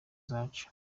zacu